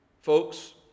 Folks